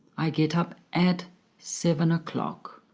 i get up at seven o'clock.